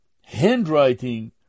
handwriting